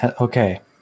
okay